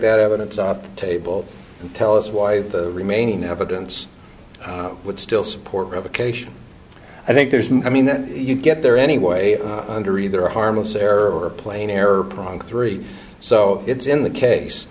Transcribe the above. that evidence off the table and tell us why the remaining evidence would still support revocation i think there's i mean then you get there anyway under either a harmless error or a plain error prone three so it's in the